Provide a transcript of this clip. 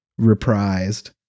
reprised